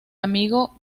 amigo